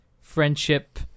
friendship